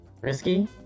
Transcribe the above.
Risky